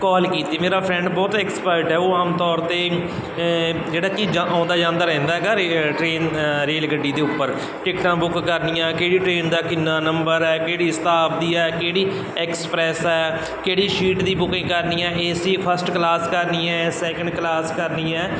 call ਕੀਤੀ ਮੇਰਾ friend ਬਹੁਤ ਐਕਸਪਰਟ ਹੈ ਉਹ ਆਮ ਤੌਰ 'ਤੇ ਜਿਹੜਾ ਕਿ ਆਉਂਦਾ ਜਾਂਦਾ ਰਹਿੰਦਾ ਹੈਗਾ ਰੇ ਟਰੇਨ ਰੇਲ ਗੱਡੀ ਦੇ ਉੱਪਰ ਟਿਕਟਾਂ ਬੁੱਕ ਕਰਨੀਆਂ ਕਿਹੜੀ ਟ੍ਰੇਨ ਦਾ ਕਿੰਨਾ ਨੰਬਰ ਹੈ ਕਿਹੜੀ ਸ਼ਤਾਬਦੀ ਹੈ ਕਿਹੜੀ ਐਕਸਪਰੈਸ ਹੈ ਕਿਹੜੀ ਸੀਟ ਦੀ ਬੁਕਿੰਗ ਕਰਨੀ ਹੈ ਏ ਸੀ ਫਸਟ ਕਲਾਸ ਕਰਨੀ ਹੈ ਸੈਕਿੰਡ ਕਲਾਸ ਕਰਨੀ ਹੈ